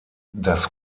das